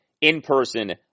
in-person